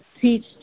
teach